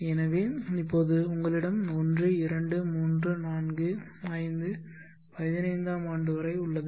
எனவே இப்போது உங்களிடம் ஒன்று இரண்டு மூன்று நான்கு ஐந்து 15 ஆம் ஆண்டு வரை உள்ளது